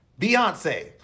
Beyonce